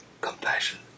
compassion